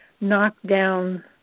knockdown